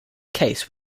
case